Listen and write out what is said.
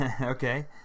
Okay